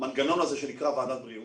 המנגנון הזה שנקרא ועדת בריאות.